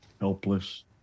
helpless